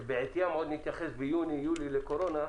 שבעטיין עוד נתייחס ביוני-יולי לקורונה,